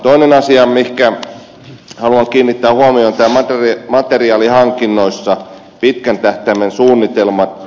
toinen asia mihinkä haluan kiinnittää huomiota on materiaalihankintojen pitkän tähtäimen suunnitelmat